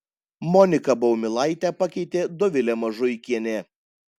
moniką baumilaitę pakeitė dovilė mažuikienė